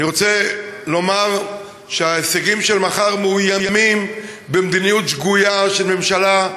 אני רוצה לומר שההישגים של מחר מאוימים במדיניות שגויה של הממשלה,